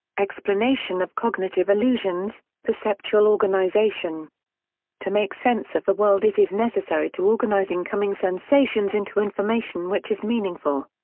explanation of cognitive illusions perceptual organization to make sense of the world it is necessary to organize incoming sensations into information which is meaningful.